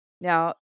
Now